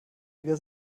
wieder